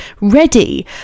ready